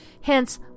hence